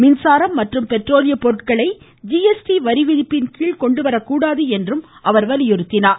மின்சாரம் மற்றும் பெட்ரோலிய பொருட்களை ஜிஎஸ்டி வரிவிதிப்பின் கீழ் கொண்டுவரக் கூடாது என்றும் அவர் வலியுறுத்தினார்